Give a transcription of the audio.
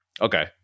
Okay